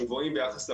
הם גבוהים ביחס לעולם.